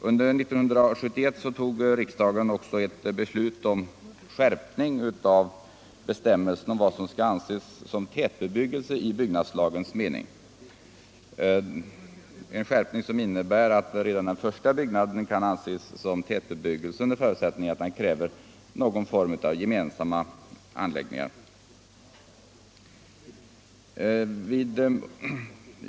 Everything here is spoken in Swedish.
Under 1971 tog riksdagen ett beslut om skärpning av bestämmelsen om vad som skall anses som tätbebyggelse i byggnadslagens mening, en skärpning som innebär att redan den första byggnaden kan anses som tätbebyggelse under förutsättning att den kräver någon form av gemensamma anläggningar.